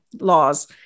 laws